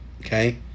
okay